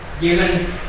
given